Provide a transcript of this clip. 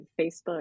Facebook